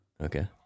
Okay